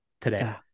today